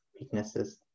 weaknesses